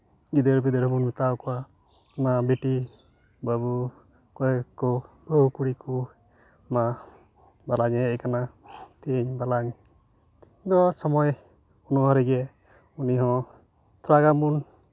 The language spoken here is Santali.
ᱜᱤᱫᱽᱨᱟᱹᱼᱯᱤᱫᱽᱨᱟᱹ ᱵᱚᱱ ᱢᱮᱛᱟᱣᱟᱠᱚᱣᱟ ᱚᱱᱟ ᱢᱟ ᱵᱤᱴᱤ ᱵᱟᱹᱵᱩ ᱚᱠᱚᱭ ᱠᱚ ᱵᱟᱹᱦᱩ ᱠᱩᱲᱤ ᱠᱚ ᱢᱟ ᱵᱟᱞᱟᱧᱮ ᱦᱮᱡ ᱠᱟᱱᱟ ᱛᱮᱦᱮᱧ ᱵᱟᱞᱟᱧ ᱱᱚᱣᱟ ᱥᱚᱢᱚᱭ ᱱᱚᱣᱟ ᱨᱮᱜᱮ ᱩᱱᱤ ᱦᱚᱸ ᱛᱷᱚᱲᱟ ᱜᱟᱱ ᱵᱚᱱ